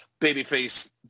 babyface